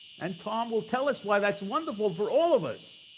and tom will tell us why that's wonderful for all of us